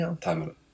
time